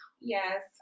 yes